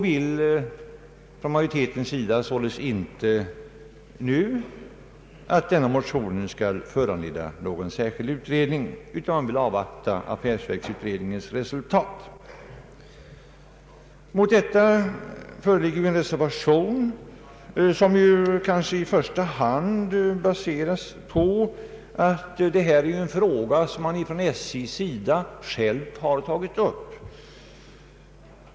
Utskottsmajoriteten anser således att motionen icke nu skall föranleda någon särskild utredning utan vill avvakta affärsverksutredningens resultat. Mot detta föreligger en reservation, som kanske i första hand baseras på att detta är en fråga, som SJ självt har tagit upp.